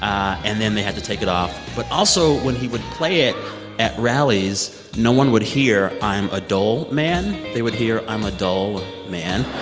and then they had to take it off. but also, when he would play it at rallies, no one would hear i'm a dole man. they would hear i'm a dull man